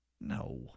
No